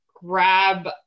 grab